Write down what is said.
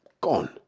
gone